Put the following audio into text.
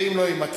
ואם לא יימצא,